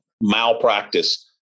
malpractice